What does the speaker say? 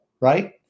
Right